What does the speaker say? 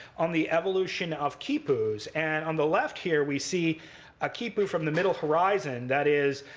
on the evolution of khipus. and on the left here we see a khipu from the middle horizon, that is